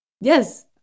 Yes